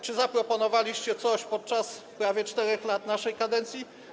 Czy zaproponowaliście coś w czasie prawie 4 lat naszej kadencji?